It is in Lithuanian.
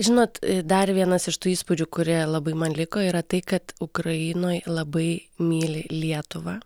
žinot dar vienas iš tų įspūdžių kurie labai man liko yra tai kad ukrainoj labai myli lietuvą